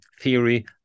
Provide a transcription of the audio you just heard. theory